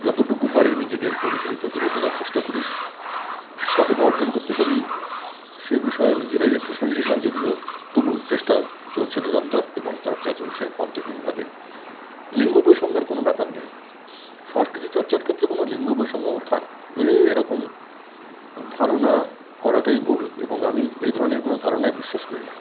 যতটুকু পারি নিজেদের পরিশিলিত করে তোলার চেষ্টা করি কতটা অর্জন করতে পারি সেই বিষয়ে নিজেরাই একটু সন্দিহান যদিও তবুও চেষ্টা চলছে নিরন্তর এবং চর্চা চলছে অন্তহীনভাবেই লিঙ্গ বৈষম্যের কোনো ব্যাপার নেই সংস্কৃতি চর্চার ক্ষেত্রে কোনো লিঙ্গ বৈষম্য থাকবে এরকম ধারণা করাটাই ভুল এবং আমি এই ধরণের কোনো ধারণায় বিশ্বাস করি না